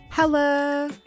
Hello